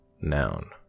noun